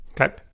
Okay